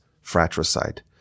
fratricide